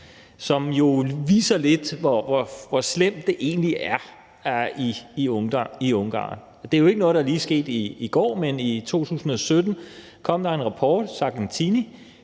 som lidt viser, hvor slemt det egentlig er i Ungarn, og det er jo ikke noget, der lige er sket i går. Men i 2017 kom der en rapport, Sargentinirapporten,